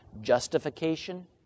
justification